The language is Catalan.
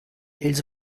ells